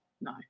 No